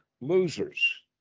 losers